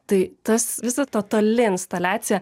tai tas visa totali instaliacija